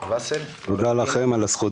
תודה רבה על זכות